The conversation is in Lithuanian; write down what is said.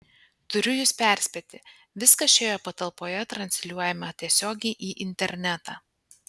turiu jus perspėti viskas šioje patalpoje transliuojama tiesiogiai į internetą